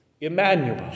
Emmanuel